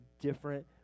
different